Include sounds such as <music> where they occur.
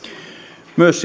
myös <unintelligible>